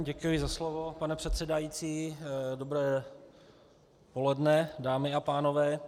Děkuji za slovo pane předsedající, dobré poledne, dámy a pánové.